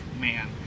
man